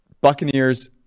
Buccaneers